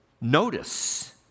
notice